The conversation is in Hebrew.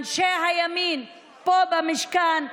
אנשי הימין פה במשכן,